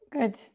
Good